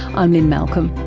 i'm lynne malcolm,